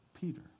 Peter